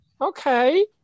Okay